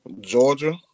Georgia